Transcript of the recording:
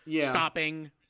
stopping